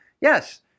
yes